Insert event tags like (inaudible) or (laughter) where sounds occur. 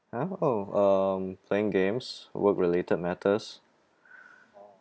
!huh! oh um playing games work related matters (breath)